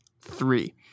three